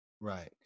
right